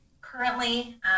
currently